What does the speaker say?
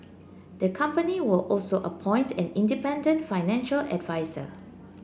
the company will also appoint an independent financial adviser